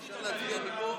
אפשר להצביע מפה?